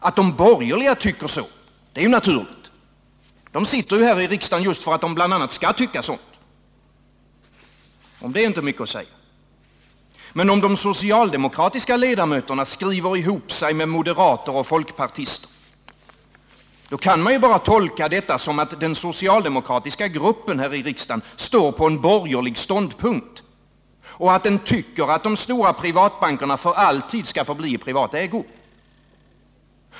Att de borgerliga tycker så är naturligt — de sitter här i riksdagen just för att de bl.a. skall tycka sådant. Om det är inte mycket att säga. Men om de socialdemokratiska ledamöterna skriver ihop sig med moderater och folkpartister, då kan man bara tolka detta så att den socialdemokratiska gruppen här i riksdagen står på en borgerlig ståndpunkt, att den tycker att de stora privatbankerna för alltid skall förbli i privat ägo.